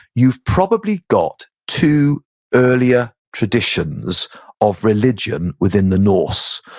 you've probably got two earlier traditions of religion within the norse.